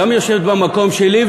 גם יושבת במקום שלי,